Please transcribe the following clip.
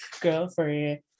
girlfriend